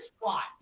spot